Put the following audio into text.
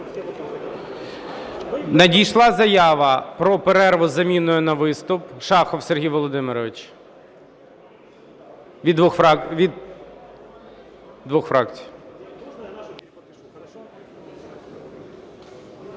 Надійшла заява про перерву з заміною на виступ. Шахов Сергій Володимирович від двох фракцій.